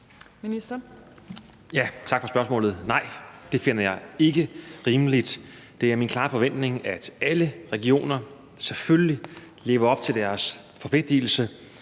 Tak for spørgsmålet. Nej, det finder jeg ikke rimeligt. Det er min klare forventning, at alle regioner selvfølgelig lever op til deres forpligtelse